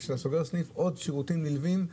אתה סוגר סניף עוד שירותים נלווים נסגרים.